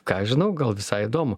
ką aš žinau gal visai įdomu